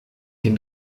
can